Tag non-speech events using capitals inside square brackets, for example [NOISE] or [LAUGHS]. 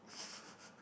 [LAUGHS]